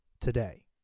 today